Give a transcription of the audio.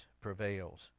prevails